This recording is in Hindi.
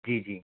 जी जी